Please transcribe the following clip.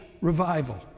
revival